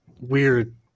weird